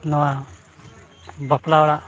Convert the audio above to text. ᱱᱚᱣᱟ ᱵᱟᱯᱞᱟ ᱚᱲᱟᱜ